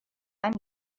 one